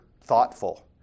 thoughtful